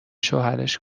شوهرش